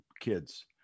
kids